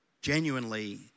genuinely